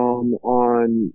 on